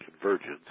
Convergence